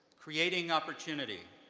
creating opportunity,